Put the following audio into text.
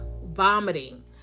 vomiting